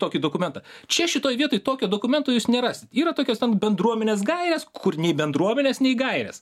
tokį dokumentą čia šitoj vietoj tokio dokumento jūs nerasit yra tokios ten bendruomenės gairės kur nei bendruomenės nei gairės